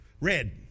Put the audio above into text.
red